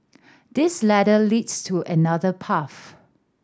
this ladder leads to another path